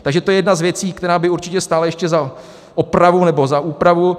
Takže to je jedna z věcí, která by určitě stála ještě za opravu nebo za úpravu.